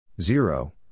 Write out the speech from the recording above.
Zero